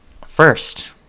first